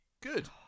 Good